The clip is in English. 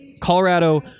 Colorado